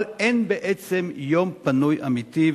אבל אין בעצם יום פנוי אמיתי,